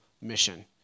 Mission